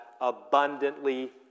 abundantly